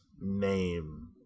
name